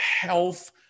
health